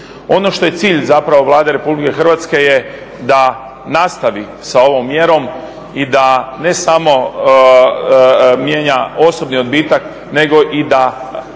Ono što je cilj Vlade RH da nastavi sa ovom mjerom i da ne samo mijenja osobni odbitak nego i